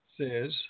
says